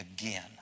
again